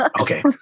Okay